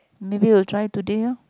maybe will try today loh